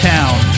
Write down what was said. Town